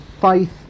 faith